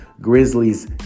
Grizzlies